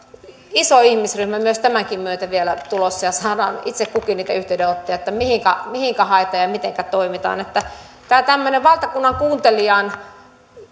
iso ihmisryhmä tämänkin myötä vielä tulossa ja saamme itse kukin niitä yhteydenottoja että mihinkä haetaan ja mitenkä toimitaan tämmöinen valtakunnan kuuntelijan